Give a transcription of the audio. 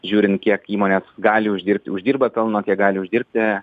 žiūrint kiek įmonės gali uždirbt uždirba pelno kiek gali uždirbti